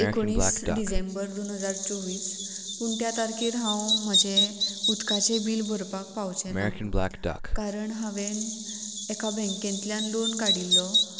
एकोणीस डिसेंबर दोन हजार चोवीस पूण त्या तारखेर हांव म्हजें उदकाचें बील भरपाक पावचें ना कारण हांवेन एका बँकेतल्यान लोन काडिल्लो